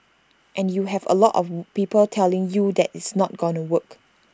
and you have A lot of people telling you that it's not gonna work